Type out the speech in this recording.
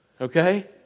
okay